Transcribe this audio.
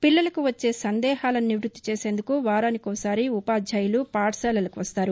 పిల్లలకు వచ్చే సందేహాలను నిష్పత్తి చేసేందుకు వారానికోసారి ఉపాధ్యులు పాఠశాలలకు వస్తారు